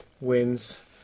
wins